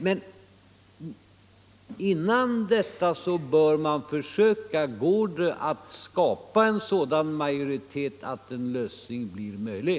Men innan dess bör man undersöka, om det går att skapa en sådan majoritet att en lösning kan bli möjlig.